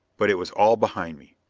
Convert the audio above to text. but it was all behind me.